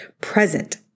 present